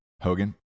Hogan